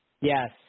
Yes